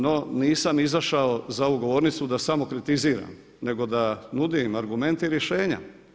No, nisam izašao za ovu govornicu da samo kritiziram nego da nudim argumente i rješenja.